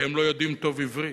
כי הם לא יודעים טוב עברית.